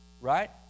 right